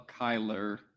kyler